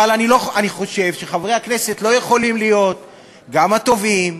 אבל אני חושב שחברי הכנסת לא יכולים להיות גם התובעים,